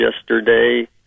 yesterday